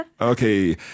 Okay